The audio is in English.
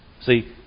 See